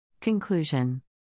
Conclusion